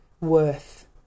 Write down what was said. Worth